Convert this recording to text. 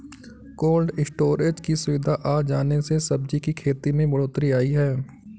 cold storage की सुविधा आ जाने से सब्जी की खेती में बढ़ोत्तरी आई है